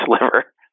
liver